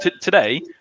today